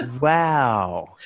Wow